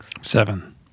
Seven